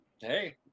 Hey